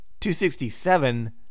267